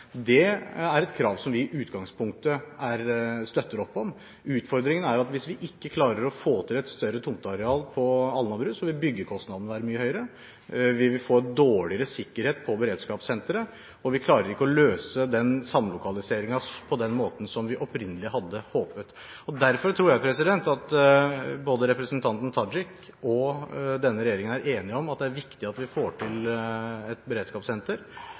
Det er et krav som vi i utgangspunktet støtter opp om. Utfordringen er at hvis vi ikke klarer å få til et større tomteareal på Alnabru, vil byggekostnadene være mye høyere, vi vil få dårligere sikkerhet på beredskapssenteret, og vi klarer ikke å løse samlokaliseringen på den måten som vi opprinnelig hadde håpet på. Derfor tror jeg at både representanten Tajik og regjeringen er enige om at det er viktig at vi får til et beredskapssenter